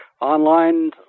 online